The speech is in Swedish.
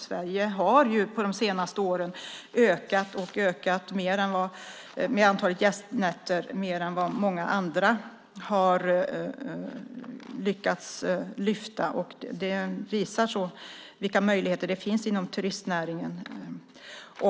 Sverige har under de senaste åren ökat antalet gästnätter mer än många andra länder lyckats med. Det visar vilka möjligheter som finns inom turistnäringen.